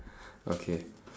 okay